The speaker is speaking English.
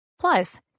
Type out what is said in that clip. Plus